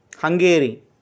Hungary